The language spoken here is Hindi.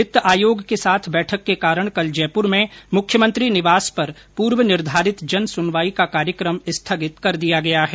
वित्त आयोग के साथ बैठक के कारण कल जयपुर में मुख्यमंत्री निवास पर पूर्व निर्धारित जनसुनवाई का कार्यक्रम स्थगित कर दिया गया है